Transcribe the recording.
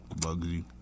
Bugsy